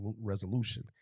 resolution